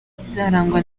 kizarangwa